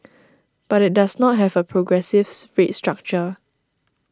but it does not have a progressive rate structure